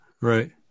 Right